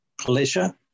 pleasure